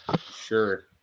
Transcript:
Sure